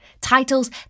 Titles